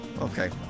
Okay